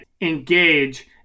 engage